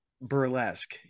burlesque